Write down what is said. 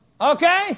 Okay